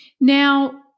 Now